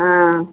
ஆ